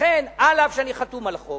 לכן, אף שאני חתום על החוק,